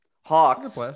hawks